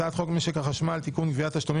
הצעת חוק צירוף משפחות נפגעי טרור כצד להליך המשפטי (תיקוני חקיקה),